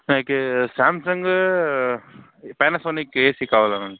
నాకు Samsung Panasonic AC కావాలి madam